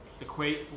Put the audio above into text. equate